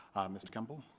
mr. kimball